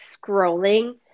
scrolling